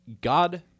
God